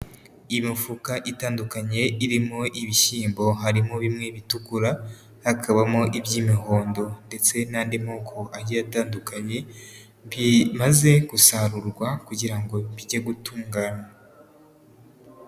Imifuka itandukanye irimo ibishyimbo harimo bimwe bitukura, hakabamo iby'imihondo ndetse n'andi moko agiye atandukanye, bimaze gusarurwa kugira ngo bijye gutunganywa.